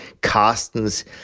Carstens